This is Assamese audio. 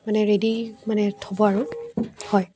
মানে ৰেডি মানে থ'ব আৰু হয়